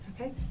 Okay